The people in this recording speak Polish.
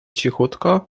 cichutko